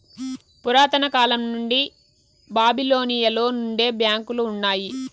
పురాతన కాలం నుండి బాబిలోనియలో నుండే బ్యాంకులు ఉన్నాయి